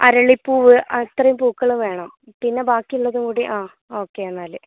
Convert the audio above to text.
അരളിപ്പൂവ് അത്രയും പൂക്കൾ വേണം പിന്നെ ബാക്കിയുള്ളതും കൂടി ആ ഓക്കെ എന്നാൽ